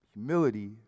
Humility